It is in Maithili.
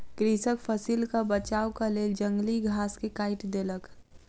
कृषक फसिलक बचावक लेल जंगली घास के काइट देलक